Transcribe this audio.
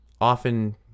often